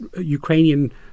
ukrainian